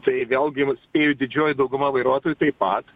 tai vėlgi va spėju didžioji dauguma vairuotojų taip pat